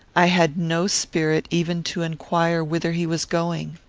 i had no spirit even to inquire whither he was going.